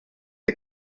est